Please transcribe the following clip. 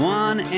one